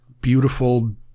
beautiful